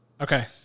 Okay